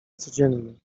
codziennie